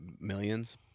millions